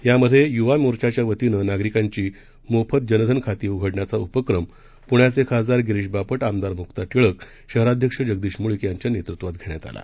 यामध्येय्वामोर्चाच्यावतीनंनागरिकांचीमोफतजनधनखातेउघडण्याचाउपक्रमप्ण्याचेखासदार गिरीशबापट आमदारम्क्ताटिळक शहराध्यक्षजगदीशमुळीक यांच्यानेतृत्वातघेण्यातआला